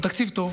הוא תקציב טוב,